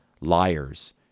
liars